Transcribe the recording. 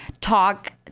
talk